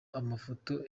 amafoto